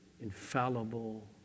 infallible